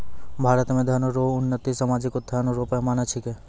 भारत मे धन रो उन्नति सामाजिक उत्थान रो पैमाना छिकै